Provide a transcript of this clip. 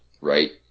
right